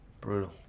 Brutal